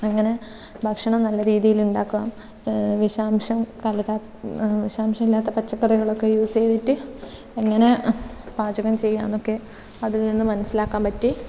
എങ്ങനെ ഭക്ഷണം നല്ല രീതിയിൽ ഉണ്ടാക്കാം വിഷാംശം കലരാത്ത വിഷാംശം ഇല്ലാത്ത പച്ചക്കറികളൊക്കെ യൂസ് ചെയ്തിട്ട് എങ്ങനെ പാചകം ചെയ്യാം എന്നൊക്കെ അതിൽ നിന്ന് മനസ്സിലാക്കാൻ പറ്റി